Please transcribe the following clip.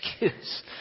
excuse